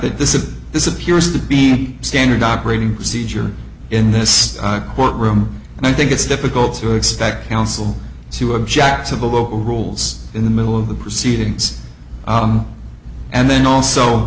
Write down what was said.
that this is this appears to be standard operating procedure in this courtroom and i think it's difficult to expect counsel to object to the local rules in the middle of the proceedings and then also